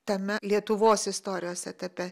tame lietuvos istorijos etape